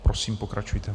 Prosím, pokračujte.